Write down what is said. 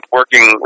working